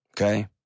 Okay